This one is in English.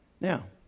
Now